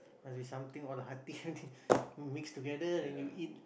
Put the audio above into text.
must be something on the hearty mix together then you eat